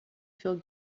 feel